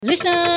Listen